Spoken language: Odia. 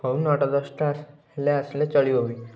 ହଉ ନଅଟା ଦଶଟା ହେଲେ ଆସିଲେ ଚଳିବ ବି